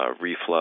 reflux